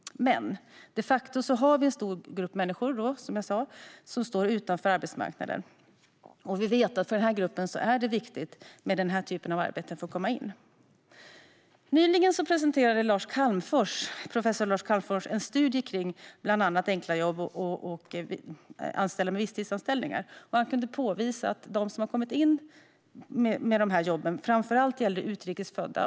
Men vi har de facto en stor grupp människor som står utanför arbetsmarknaden, och vi vet att det för denna grupp är viktigt med den här typen av arbeten för att komma in på arbetsmarknaden. Nyligen presenterade professor Lars Calmfors en studie om bland annat enkla jobb och anställda med visstidsanställningar. Han kunde påvisa att de som hade kommit in på arbetsmarknaden genom dessa jobb framför allt var utrikes födda.